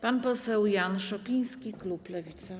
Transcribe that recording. Pan poseł Jan Szopiński, klub Lewica.